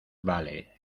vale